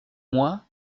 moi